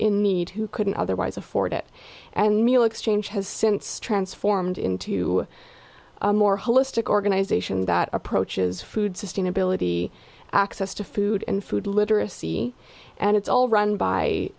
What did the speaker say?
in need who couldn't otherwise afford it and meal exchange has since transformed into a more holistic organization that approaches food sustainability access to food and food literacy and it's all run by